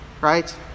right